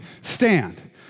stand